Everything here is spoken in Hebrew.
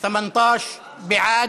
18 בעד.